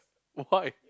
why